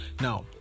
now